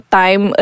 time